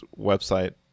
website